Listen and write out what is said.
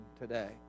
today